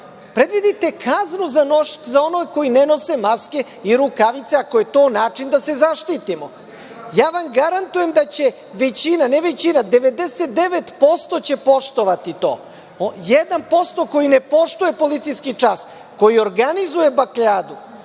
Predvidite kaznu za onog koji ne nosi maske i rukavice, ako je to način da se zaštitimo. Ja vam garantujem da će većina, ne većina nego 99% će poštovati to. Jedan posto koji ne poštuje policijski čas, koji organizuje bakljadu,